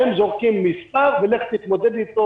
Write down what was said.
הם זורקים --- ולך תתמודד איתו,